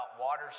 water